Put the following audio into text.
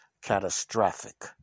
catastrophic